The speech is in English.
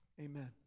Amen